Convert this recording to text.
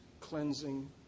cleansing